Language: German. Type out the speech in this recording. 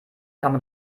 kann